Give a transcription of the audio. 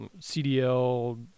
CDL